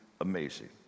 amazing